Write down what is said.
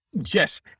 Yes